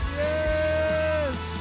yes